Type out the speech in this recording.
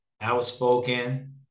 outspoken